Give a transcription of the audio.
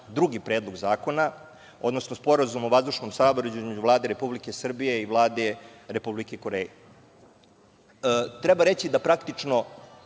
drugi predlog zakona, odnosno Sporazum o vazdušnom saobraćaju između Vlade Republike Srbije i Vlade Republike Koreje. Treba reći da praktično